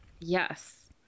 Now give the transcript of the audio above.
Yes